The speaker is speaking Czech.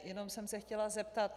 Jenom jsem se chtěla zeptat.